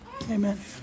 Amen